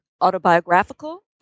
autobiographical